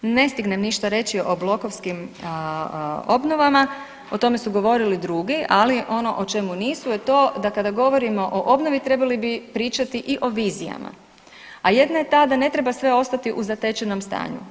Ne stignem ništa reći o blokovskim obnovama, o tome su govorili drugi, ali ono o čemu nisu je to da kada govorimo o obnovi trebali bi pričati i o vizijama, a jedna je ta da ne treba sve ostati u zatečenom stanju.